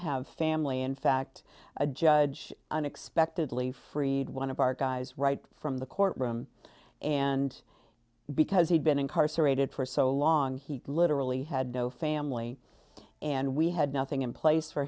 have family in fact a judge unexpectedly freed one of our guys right from the court room and because he'd been incarcerated for so long he literally had no family and we had nothing in place for